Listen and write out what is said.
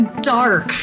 dark